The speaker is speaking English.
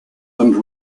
and